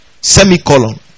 Semicolon